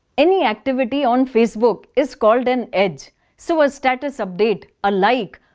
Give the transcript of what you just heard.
any activity on facebook is called an edge. so a status update, a like,